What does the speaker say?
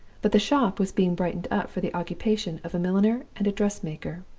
but the shop was being brightened up for the occupation of a milliner and dress-maker.